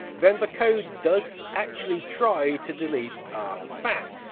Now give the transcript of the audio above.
then the code does actually try to delete our fat,